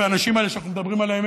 והאנשים האלה שאנחנו מדברים עליהם,